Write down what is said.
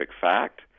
fact